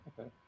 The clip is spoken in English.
Okay